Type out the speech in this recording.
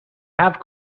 have